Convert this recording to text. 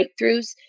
breakthroughs